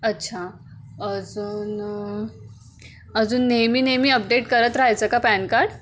अच्छा अजून अजून नेहमी नेहमी अपडेट करत राहायचं का पॅन कार्ड